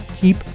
keep